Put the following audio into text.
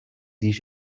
již